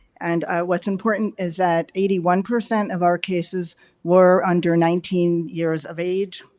and what's important is that eighty one percent of our cases were under nineteen years of age.